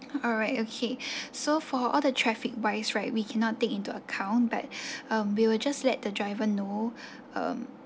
alright okay so for all the traffic wise right we cannot take into account but um we will just let the driver know um